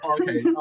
Okay